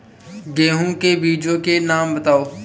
गेहूँ के बीजों के नाम बताओ?